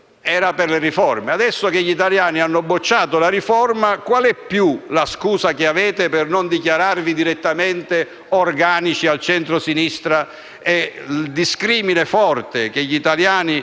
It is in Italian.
le riforme. Adesso che gli italiani hanno bocciato la riforma mi chiedo qual è la scusa che avete per non dichiararvi direttamente organici al centrosinistra. Il discrimine forte che gli italiani